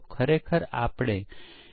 પરીક્ષણના કિસ્સાઓ અસરકારક ન હોઈ શકે